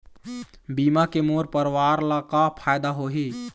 बीमा के मोर परवार ला का फायदा होही?